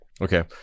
Okay